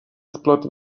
splot